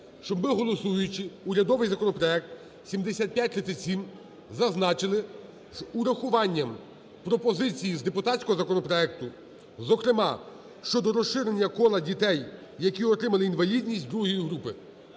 Щоб ми, голосуючи урядовий законопроект 7537, зазначили: з урахуванням пропозиції з депутатського законопроекту, зокрема щодо розширення кола дітей, які отримали інвалідність другої групи.